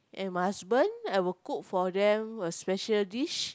and my husband I will cook for them special dish